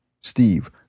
Steve